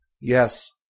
Yes